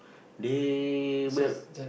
they will